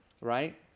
right